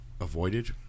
avoided